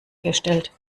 gestellt